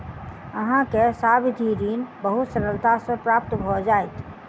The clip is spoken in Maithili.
अहाँ के सावधि ऋण बहुत सरलता सॅ प्राप्त भ जाइत